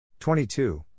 22